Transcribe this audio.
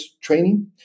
training